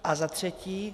A zatřetí.